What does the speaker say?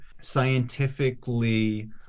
scientifically